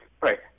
Right